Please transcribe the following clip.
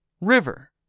River